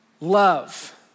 love